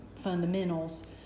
Fundamentals